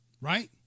right